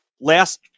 last